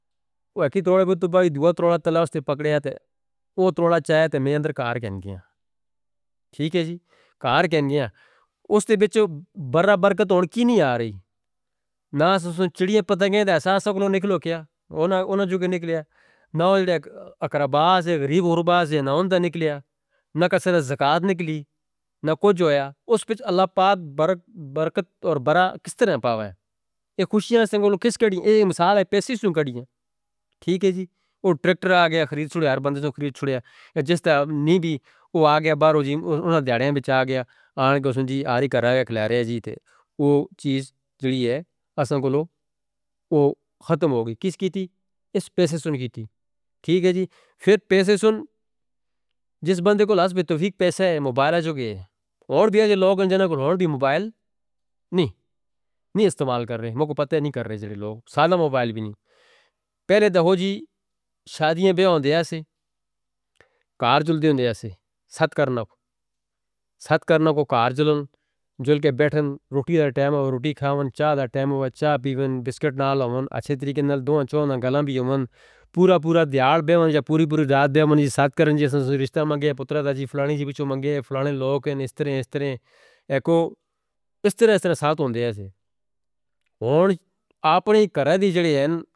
وہ کی دوائے بتو بھائی دوال تھوڑا تلاستے پکڑیا تے، وہ تھوڑا چائے تے مینہندر کار کہنگیاں۔ ٹھیک ہے جی، کار کہنگیاں۔ اس تے بچو برہ برکت اونکی نہیں آرہی۔ نہ سنسن چڑیاں پدھنگیں دا احساس اگنو نکلو کیا؟ انہاں جوں کہ نکلے ہیں۔ نہ اکرباس ہیں، غریب غربہ ہیں، نہ ان دا نکلے ہیں۔ نہ کسی دا زکاة نکلی، نہ کچھ ہویا۔ اس پر اللہ پاک برکت اور برا کس طرح پاوے؟ یہ خوشیاں سنکلو کس کڑی، یہ امثال پیسے سنکڑی ہیں۔ ٹھیک ہے جی، وہ ٹریکٹر آ گیا، خرید چھڑے ہیں، ہر بندہ سن خرید چھڑے ہیں۔ جس طرح نی بھی وہ آ گیا، باروں جی، انہاں دیاں بچ آ گیا۔ آناں کو سن جی آ رہی کر رہا ہے کلایا رہی ہے جی تے۔ وہ چیز جڑی ہے، اساں کو لو وہ ختم ہو گی۔ کس کیتی؟ اس پیسے سن کیتی۔ ٹھیک ہے جی، پھر پیسے سن جس بندے کو لاس پر توفیق پیسے ہے، موبائل آ جو گئے ہیں۔ اور بھی ہے کہ لوگ جنے کو اور بھی موبائل نہیں استعمال کر رہے ہیں۔ میں کو پتا نہیں کر رہے ہیں جو لوگ، سادہ موبائل بھی نہیں۔ پہلے دے ہو جی، شادیاں بیعوندے ہیں سے، کار جل دے ہوں دے ہیں سے، ست کرنا کو۔ ست کرنا کو کار جلیں، جل کے بیٹھیں، روٹی دا ٹائم ہووے، روٹی کھاویں، چائے دا ٹائم ہووے، چائے پیویں، بسکٹ نال آؤں، اچھے طریقے نال دوناں چوؤں ناں گالاں بھیوں۔ پورا پورا دیال بیؤں یا پوری پوری رات بیؤں، جی ست کرن جی، اساں سنسو رشتہ منگے، پتر دا جی فلانی جی بچو منگے، فلانے لوگ ہیں، اس طرح اس طرح ہیں۔ ایکو اس طرح اس طرح سات ہونے ہیں سے۔ ہون آپنی گھرے دی جڑے ہیں۔